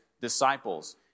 disciples